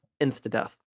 insta-death